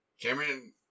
Cameron